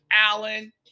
Allen